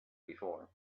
before